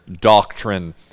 doctrine